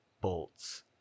bolts